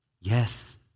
Yes